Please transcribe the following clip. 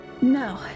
No